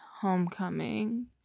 Homecoming